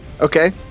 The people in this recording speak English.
Okay